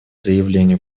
заявлению